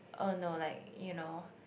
oh no like you know